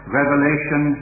revelation